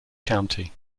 county